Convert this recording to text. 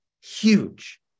huge